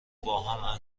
باهم